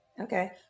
Okay